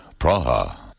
Praha